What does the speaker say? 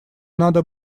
надо